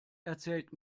erzählt